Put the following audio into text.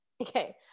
Okay